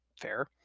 fair